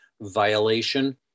violation